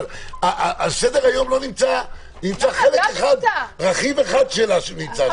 אבל על סדר היום נמצא רכיב אחד שהיא מדברת עליו.